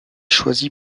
choisi